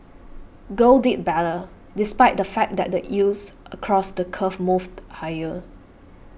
gold did better despite the fact that the yields across the curve moved higher